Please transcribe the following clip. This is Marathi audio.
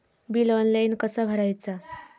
बिल ऑनलाइन कसा भरायचा?